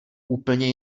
úplně